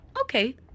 okay